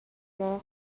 maw